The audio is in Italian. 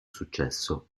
successo